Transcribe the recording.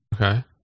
Okay